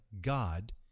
God